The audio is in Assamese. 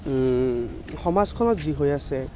সমাজখনত যি হৈ আছে